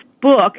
book